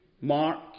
Mark